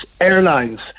airlines